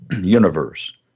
universe